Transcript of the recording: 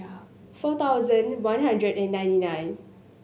four thousand one hundred and ninety nine